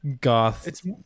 goth